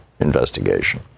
investigation